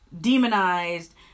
demonized